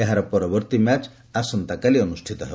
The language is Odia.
ଏହାର ପରବର୍ତ୍ତୀ ମ୍ୟାଚ୍ ଆସନ୍ତାକାଲି ଅନୁଷ୍ଠିତ ହେବ